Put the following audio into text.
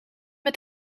met